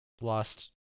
lost